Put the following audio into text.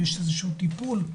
יש טיפול?